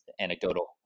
anecdotal